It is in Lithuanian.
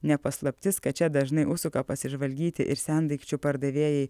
ne paslaptis kad čia dažnai užsuka pasižvalgyti ir sendaikčių pardavėjai